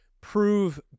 prove